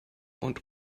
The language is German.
und